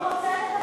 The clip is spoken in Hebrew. הוא רוצה לדבר.